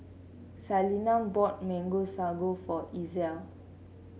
Salina bought Mango Sago for Ezell